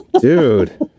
Dude